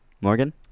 Morgan